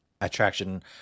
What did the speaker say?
attraction